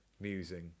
musing